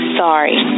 sorry